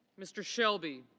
mr. shelby,